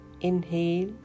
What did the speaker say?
Inhale